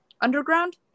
underground